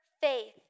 faith